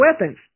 weapons